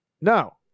No